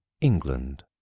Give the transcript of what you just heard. england